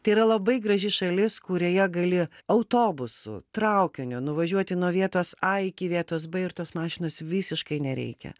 tai yra labai graži šalis kurioje gali autobusu traukiniu nuvažiuoti nuo vietos a iki vietos b ir tos mašinos visiškai nereikia